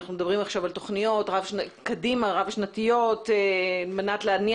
אנחנו מדברים עכשיו על תוכניות רב-שנתיות על מנת להניע